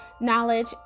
knowledge